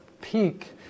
peak